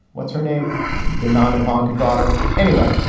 what's her name then on ivonka daughter anyway?